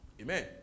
amen